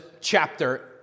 chapter